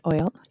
oil